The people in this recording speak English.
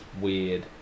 weird